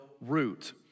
root